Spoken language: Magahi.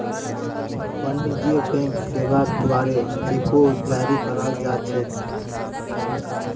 वाणिज्यिक बैंक सेवार द्वारे चेको जारी कराल जा छेक